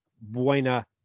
Buena